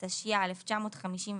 התשי"א-1951,